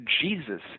Jesus